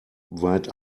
weit